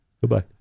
Goodbye